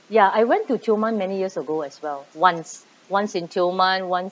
ya I went to tioman many years ago as well once once in tioman once